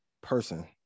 person